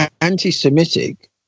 anti-Semitic